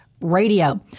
radio